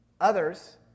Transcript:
Others